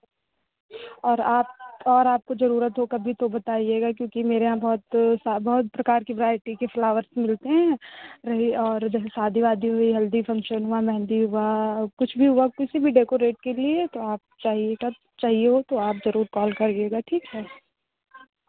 और आप और आपको ज़रूरत हो कभी तो बताइएगा क्योंकि मेरे यहाँ बहुत सा बहुत प्रकार के वरायटी के फ्लावर्स मिलते हैं रही और जैसे शादी वादी हुई हल्दी फंक्शन हुआ मेहंदी हुआ कुछ भी हुआ किसी भी डेकोरेट के लिए तो आप चाहिएगा चाहिये हो तो आप ज़रूर कॉल करिएगा ठीक है